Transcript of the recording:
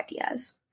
ideas